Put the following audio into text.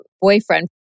boyfriend